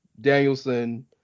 Danielson